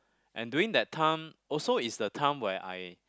and during that time also is the time where I